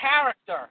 character